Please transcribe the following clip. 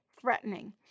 threatening